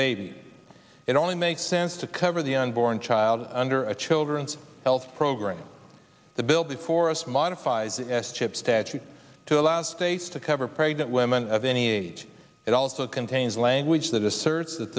baby it only makes sense to cover the unborn child under a children's health program the bill before us modifies the s chip statute to allow states to cover pregnant women of any age it also contains language that asserts that